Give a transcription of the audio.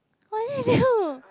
what did I do